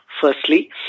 firstly